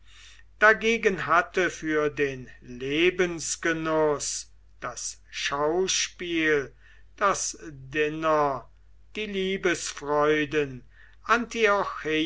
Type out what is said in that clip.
dagegen hatte für den lebensgenuß das schauspiel das diner die liebesfreuden